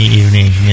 evening